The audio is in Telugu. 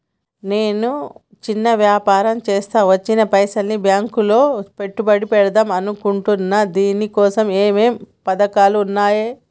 నేను చిన్న వ్యాపారం చేస్తా వచ్చిన పైసల్ని బ్యాంకులో పెట్టుబడి పెడదాం అనుకుంటున్నా దీనికోసం ఏమేం పథకాలు ఉన్నాయ్?